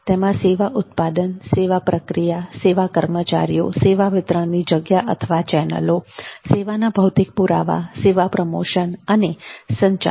તેમાં સેવા ઉત્પાદન સેવા પ્રક્રિયા સેવા કર્મચારીઓ સેવા વિતરણની જગ્યા અથવા ચેનલો સેવાના ભૌતિક પુરાવા સેવા પ્રમોશન અથવા સંચાર